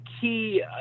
key